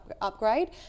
upgrade